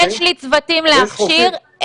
יש לי צוותים להכשיר,